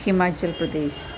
Himachal Pradesh